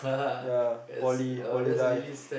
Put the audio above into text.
ya poly poly life